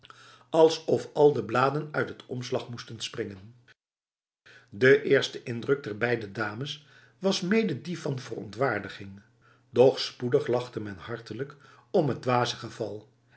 alsof al de bladen uit het omslag moesten springen de eerste indruk der beide dames was mede die van verontwaardiging doch spoedig lachte men hartelijk om het dwaze geval